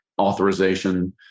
authorization